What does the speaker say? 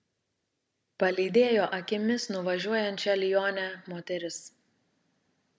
palydėjo akimis nuvažiuojančią lionę moteris